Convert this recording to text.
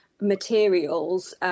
Materials